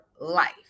life